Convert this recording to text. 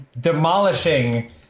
demolishing